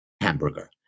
hamburger